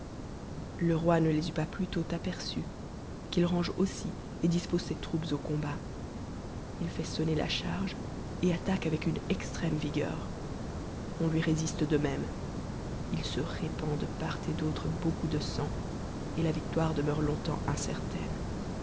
le roi ne les eut pas plutôt aperçus qu'il range aussi et dispose ses troupes au combat h fait sonner la charge et attaque avec une extrême vigueur on lui résiste de même it se répand de part et d'autre beaucoup de sang et la victoire demeure longtemps incertaine